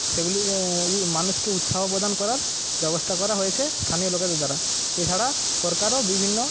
সেগুলি উ মানুষকে উৎসাহ প্রদান করার ব্যবস্থা করা হয়েছে স্থানীয় লোকদের দ্বারা এছাড়া সরকারও বিভিন্ন